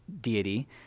deity